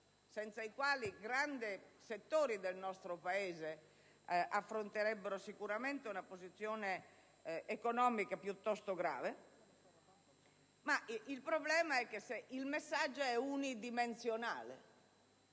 senza i quali grandi settori del nostro Paese affronterebbero sicuramente una condizione economica piuttosto grave; purtroppo, il messaggio è unidimensionale.